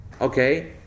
okay